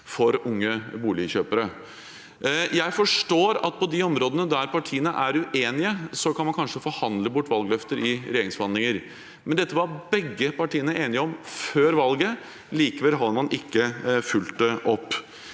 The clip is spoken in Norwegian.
for unge boligkjøpere. Jeg forstår at på de områdene der partiene er uenige, så kan man kanskje forhandle bort valgløfter i regjeringsforhandlinger. Men dette var begge partiene enige om før valget. Likevel har man ikke fulgt det opp.